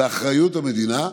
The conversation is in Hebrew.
באחריות המדינה,